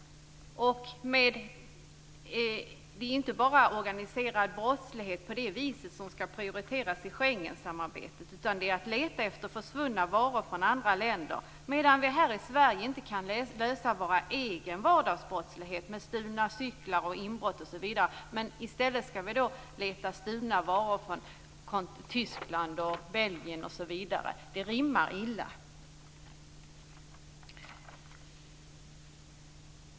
Det är inte bara den formen av organiserad brottslighet som skall prioriteras i Schengensamarbetet, utan det handlar också om att leta efter försvunna varor från andra länder. När vi här i Sverige inte kan åtgärda vår egen vardagsbrottslighet, med stulna cyklar, inbrott, osv., skall vi i stället leta stulna varor från exempelvis Tyskland och Belgien. Det rimmar illa.